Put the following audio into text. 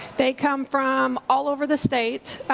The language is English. they come from all over the state.